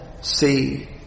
see